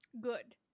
Good